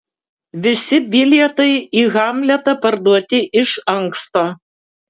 visi bilietai į hamletą parduoti iš anksto